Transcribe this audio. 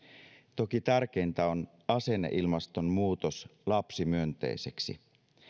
toki tärkeintä on asenneilmaston muutos lapsimyönteiseksi